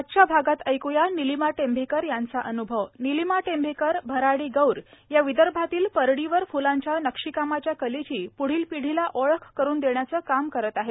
आजच्या भागात ऐक्या नीलिमा टेंभेकर यांचा अन्भव नीलिमा टेंभेकर भराडी गौर या विदर्भातील परडीवर फ्लांच्या नक्षीकामाच्या कलेची प्ढील पिढीला ओळख करून देण्याचं काम करत आहेत